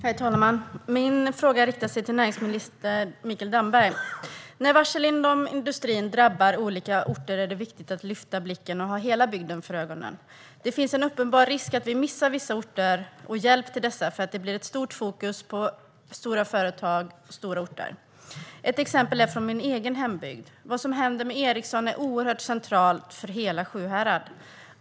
Herr talman! Min fråga riktar sig till näringsminister Mikael Damberg. När varsel inom industrin drabbar olika orter är det viktigt att lyfta blicken och ha hela bygden för ögonen. Det finns en uppenbar risk att vi missar vissa orter, och hjälp till dessa, för att det blir ett stort fokus på stora företag och stora orter. Ett exempel är från min egen hembygd. Vad som händer med Ericsson är centralt för hela Sjuhärad.